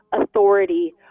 authority